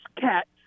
cats